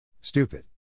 Stupid